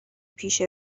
پیش